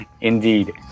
Indeed